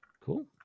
Cool